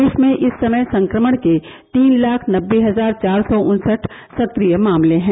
देश में इस समय संक्रमण के तीन लाख नब्बे हजार चार सौ उन्सठ सक्रिय मामले हैं